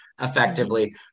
effectively